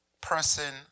person